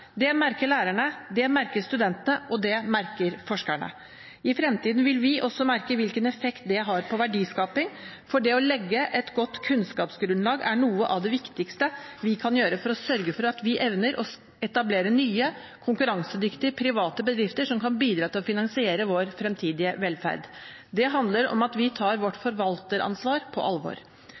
det merker lærerne, det merker studentene, og det merker forskerne. I fremtiden vil vi også merke hvilken effekt det har på verdiskaping, for det å legge et godt kunnskapsgrunnlag er noe av det viktigste vi kan gjøre for å sørge for at vi evner å etablere nye, konkurransedyktige private bedrifter som kan bidra til å finansiere vår fremtidige velferd. Det handler om at vi tar vårt forvalteransvar på alvor.